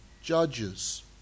judges